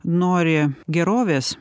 nori gerovės